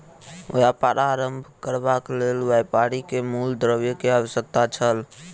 व्यापार आरम्भ करबाक लेल व्यापारी के मूल द्रव्य के आवश्यकता छल